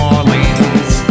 Orleans